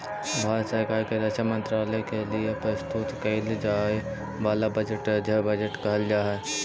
भारत सरकार के रक्षा मंत्रालय के लिए प्रस्तुत कईल जाए वाला बजट रक्षा बजट कहल जा हई